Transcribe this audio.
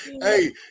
Hey